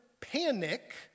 panic